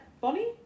Bonnie